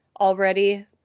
already